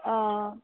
অঁ